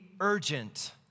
urgent